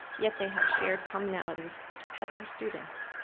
yet they have shared commonalities, just like our students.